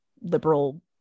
liberal